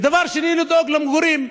ודבר שני, לדאוג למגורים,